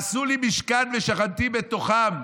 "ועשו לי משכן ושכנתי בתוכם".